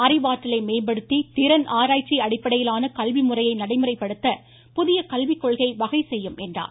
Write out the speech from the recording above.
அறிவாற்றலை மேம்படுத்தி திறன்ஆராய்ச்சி அடிப்படையிலான கல்வி முறையை நடைமுறைப்படுத்த புதிய கல்விக்கொள்கை வகை செய்யும் என்றார்